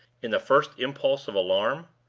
in the first impulse of alarm.